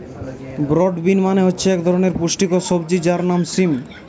broad bean মানে হচ্ছে এক ধরনের পুষ্টিকর সবজি যার নাম সিম